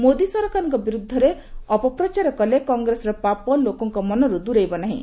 ମୋଦୀ ସରକାରଙ୍କ ବିରୁଦ୍ଧରେ ଅପପ୍ରଚାର କଲେ କଂଗ୍ରେସର ପାପ ଲୋକଙ୍କ ମନରୁ ଦୂରେଇବ ନାହିଁ